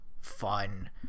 fun